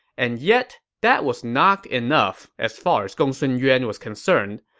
and yet, that was not enough, as far as gongsun yuan was concerned.